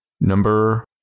Number